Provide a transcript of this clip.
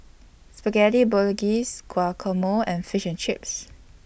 Spaghetti Bolognese Guacamole and Fish and Chips